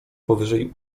powyżej